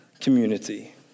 community